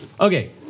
Okay